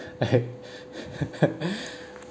I